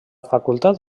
facultat